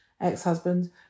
ex-husband